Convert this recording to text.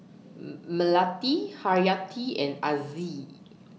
Melati Haryati and Aziz